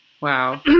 Wow